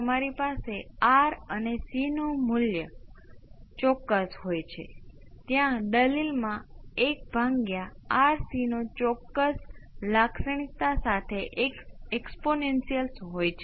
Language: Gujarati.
તો હવે આ નવું ચલ તેને V c 2 કહીશું જો તમે ઇચ્છો કે V c 2 નો ઉકેલ શું છે V c 2 એ 0 છે V c 2 અમુક constant × exponential t by R C છે